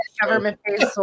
Government-based